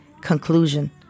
Conclusion